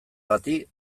bati